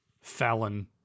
Fallon